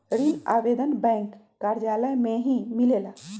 ऋण आवेदन बैंक कार्यालय मे ही मिलेला?